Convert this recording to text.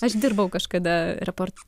aš dirbau kažkada repor